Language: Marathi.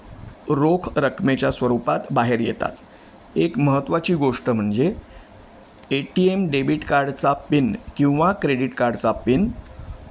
रोख रकमेच्या स्वरूपात बाहेर येतात एक महत्त्वाची गोष्ट म्हणजे ए टी एम डेबिट कार्डचा पिन किंवा क्रेडीट कार्डचा पिन